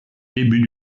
début